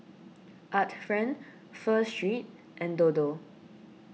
Art Friend Pho Street and Dodo